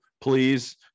please